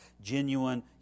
Genuine